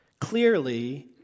clearly